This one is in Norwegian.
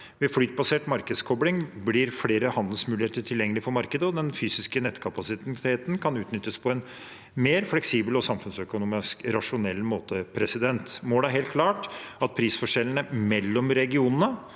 Ved flytbasert markedskobling blir flere handelsmuligheter tilgjengelig for markedet, og den fysiske nettkapasiteten kan utnyttes på en mer fleksibel og samfunnsøkonomisk rasjonell måte. Målet er helt klart at prisforskjellene mellom regionene